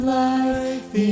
life